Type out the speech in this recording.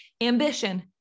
Ambition